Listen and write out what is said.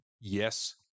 Yes